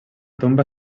tomba